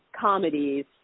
comedies